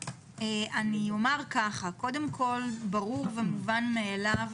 ברור ומובן מאליו,